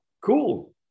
cool